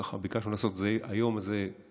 וככה ביקשנו לעשות את היום הזה כאן,